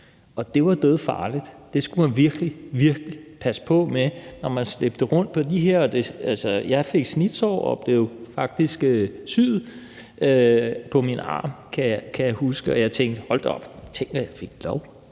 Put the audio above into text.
og det var dødfarligt; det skulle man virkelig, virkelig passe på med, når man slæbte rundt på de her blokke. Altså, jeg fik snitsår og blev faktisk syet på min arm, kan jeg huske, og jeg tænkte: Hold da op, tænk, at jeg fik lov